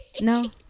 no